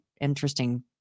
interesting